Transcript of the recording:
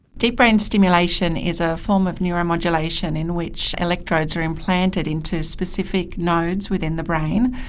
deep brain stimulation is a form of neuromodulation in which electrodes are implanted into specific nodes within the brain,